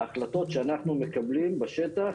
ההחלטות שאנחנו מקבלים בשטח